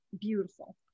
beautiful